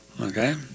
Okay